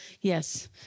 Yes